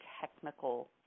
technical